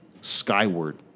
skyward